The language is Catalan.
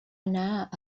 anar